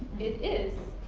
it is.